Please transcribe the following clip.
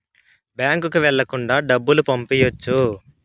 బ్యాంకుకి వెళ్ళకుండా డబ్బులు పంపియ్యొచ్చు